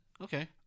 Okay